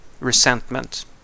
Resentment